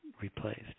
replaced